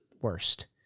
worst